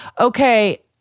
Okay